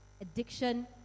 addiction